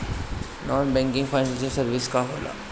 Non banking financial services का होला?